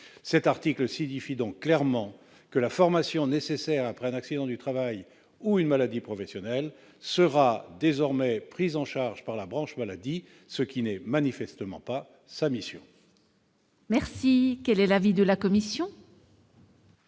Cet article signifie donc clairement que la formation nécessaire après un accident du travail ou une maladie professionnelle sera désormais prise en charge par la branche maladie, ce qui n'est manifestement pas sa mission. Quel est l'avis de la commission ?